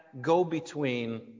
go-between